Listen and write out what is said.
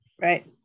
Right